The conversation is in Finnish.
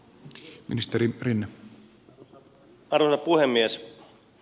arvoisa puhemies